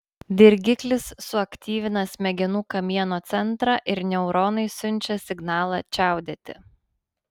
dirgiklis suaktyvina smegenų kamieno centrą ir neuronai siunčia signalą čiaudėti